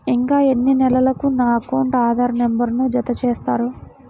ఇంకా ఎన్ని నెలలక నా అకౌంట్కు ఆధార్ నంబర్ను జత చేస్తారు?